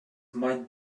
might